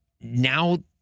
Now